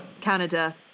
Canada